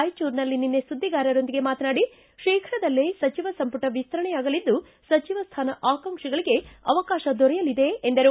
ರಾಯಚೂರಿನಲ್ಲಿ ನಿನ್ನೆ ಸುದ್ದಿಗಾರರೊಂದಿಗೆ ಮಾತನಾಡಿ ಶೀಘ್ರದಲ್ಲೇ ಸಚಿವ ಸಂಪುಟ ವಿಸ್ತರಣೆಯಾಗಲಿದ್ದು ಸಚಿವ ಸ್ವಾನ ಆಕಾಂಕ್ಷಿಗಳಿಗೆ ಅವಕಾಶ ದೊರೆಯಲಿದೆ ಎಂದರು